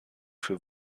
für